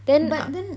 but then